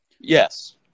Yes